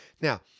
Now